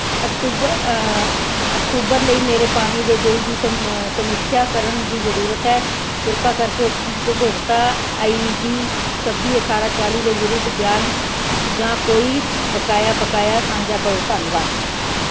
ਅਕਤੂਬ ਅਕਤੂਬਰ ਲਈ ਮੇਰੇ ਪਾਣੀ ਦੇ ਬਿੱਲ ਦੀ ਸਮ ਸਮੀਖਿਆ ਕਰਨ ਦੀ ਜ਼ਰੂਰਤ ਹੈ ਕਿਰਪਾ ਕਰਕੇ ਉਪਭੋਗਤਾ ਆਈਡੀ ਛੱਬੀ ਅਠਾਰ੍ਹਾਂ ਚਾਲ੍ਹੀ ਦੇ ਵਿਰੁੱਧ ਬਿਆਨ ਜਾਂ ਕੋਈ ਬਕਾਇਆ ਬਕਾਇਆ ਸਾਂਝਾ ਕਰੋ ਧੰਨਵਾਦ